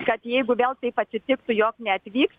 kad jeigu vėl taip atsitiktų jog neatvyks